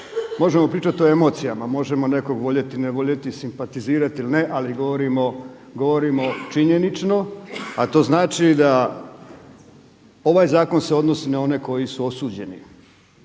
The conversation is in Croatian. možemo pričati o emocijama, možemo nekog voljeti, ne voljeti, simpatizirati ili ne, ali govorimo činjenično. A to znači da ovaj zakon se odnosi na one koji su osuđeni.